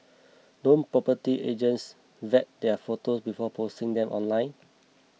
don't property agents vet their photo before posting them online